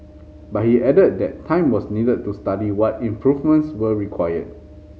but he added that time was needed to study what improvements were required